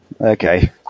Okay